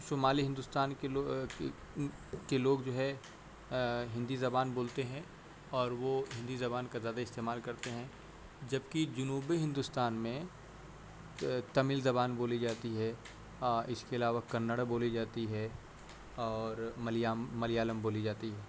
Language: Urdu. شمالی ہندوستان کے لوگ کے لوگ جو ہے ہندی زبان بولتے ہیں اور وہ ہندی زبان کا زیادہ استعمال کرتے ہیں جبکہ جنوبی ہندوستان میں تمل زبان بولی جاتی ہے اس کے علاوہ کنڑ بولی جاتی ہے اور ملیالم بولی جاتی ہے